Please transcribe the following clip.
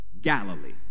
Galilee